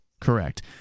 Correct